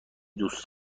دوست